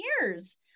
years